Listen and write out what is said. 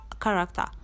character